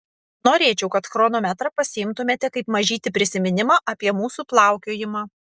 norėčiau kad chronometrą pasiimtumėte kaip mažytį prisiminimą apie mūsų plaukiojimą